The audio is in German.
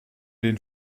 den